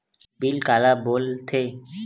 Bill काला बोल थे?